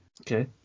Okay